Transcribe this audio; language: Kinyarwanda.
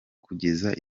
kugeza